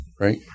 right